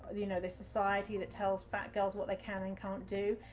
you know, this society that tells fat girls what they can and can't do,